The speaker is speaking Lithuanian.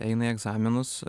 eina į egzaminus